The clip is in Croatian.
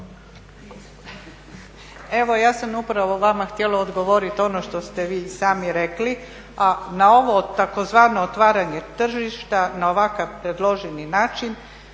Evo ja sam upravo vama htjela odgovorit ono što ste vi i sami rekli, a na ovo tzv. otvaranje tržišta, na ovakav predloženi način